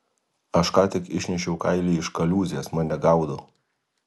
aš ką tik išnešiau kailį iš kaliūzės mane gaudo